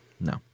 no